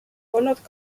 olnud